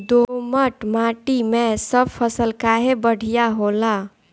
दोमट माटी मै सब फसल काहे बढ़िया होला?